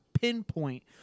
pinpoint